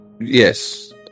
yes